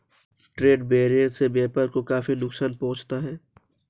trade barrier से व्यापार को काफी नुकसान पहुंचता है